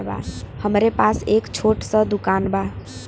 हमरे पास एक छोट स दुकान बा